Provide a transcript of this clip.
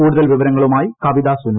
കൂടുതൽ വിവരങ്ങളുമായി കവിത സൂനു